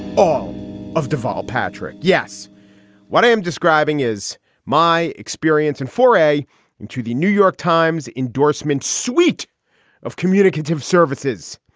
all of deval patrick. yes what i am describing is my experience and foray into the new york times endorsement suite of communicative services.